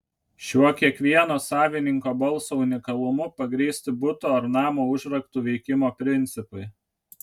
šiuo kiekvieno savininko balso unikalumu pagrįsti buto ar namo užraktų veikimo principai